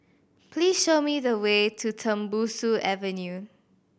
please show me the way to Tembusu Avenue